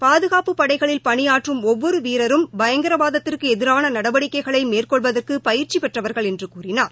பாதுகாப்புப் படைகளில் பணியாற்றும் ஒவ்வொரு வீரரும் பயங்கரவாதத்திற்கு எதிரான நடவடிக்கைளை மேற்கொள்வதற்கு பயிற்சி பெற்றவர்கள் என்று கூறினார்